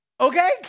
Okay